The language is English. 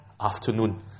afternoon